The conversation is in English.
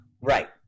right